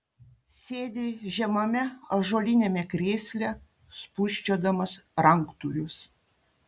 sėdi žemame ąžuoliniame krėsle spūsčiodamas ranktūrius